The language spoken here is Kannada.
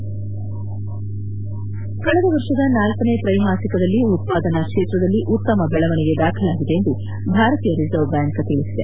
ಹೆಡ್ ಕಳೆದ ವರ್ಷದ ನಾಲ್ಕನೇ ತ್ರೈಮಾಸಿಕದಲ್ಲಿ ಉತ್ಪಾದನಾ ಕ್ಷೇತ್ರದಲ್ಲಿ ಉತ್ತಮ ಬೆಳವಣಿಗೆ ದಾಖಲಾಗಿದೆ ಎಂದು ಭಾರತೀಯ ರಿಸರ್ವ್ ಬ್ಯಾಂಕ್ ತಿಳಿಸಿದೆ